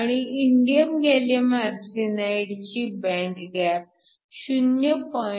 आणि indium gallium आर्सेनाईडची band gap 0